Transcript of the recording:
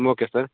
okay sir